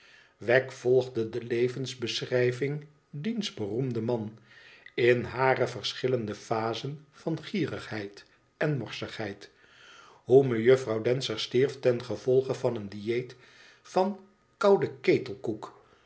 wegg volgde de levensbeschrijving diens beroemden mans in hare verschillende phasen van gierigheid en morsigheid hoe mejuffrouw dancer stierf ten gevolge van een dieet van kouden